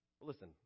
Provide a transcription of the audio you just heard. Listen